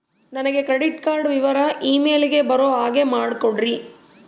ನನಗೆ credit card ವಿವರ email ಗೆ ಬರೋ ಹಾಗೆ ಮಾಡಿಕೊಡ್ರಿ?